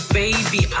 baby